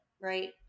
right